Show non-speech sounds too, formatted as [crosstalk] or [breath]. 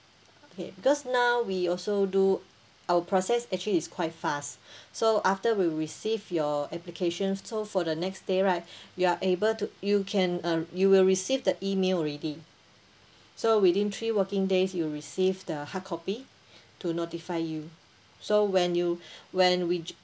okay because now we also do our process actually is quite fast [breath] so after we receive your applications so for the next day right [breath] you are able to you can uh you will receive the email already so within three working days you receive the hard copy to notify you so when you [breath] when we